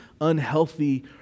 unhealthy